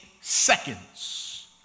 seconds